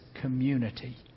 community